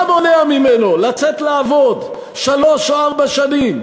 מה מונע ממנו לצאת לעבוד שלוש או ארבע שנים,